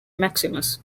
maximus